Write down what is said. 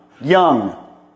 young